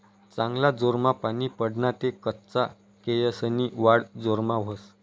चांगला जोरमा पानी पडना ते कच्चा केयेसनी वाढ जोरमा व्हस